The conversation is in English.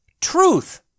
Truth